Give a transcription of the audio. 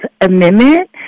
Amendment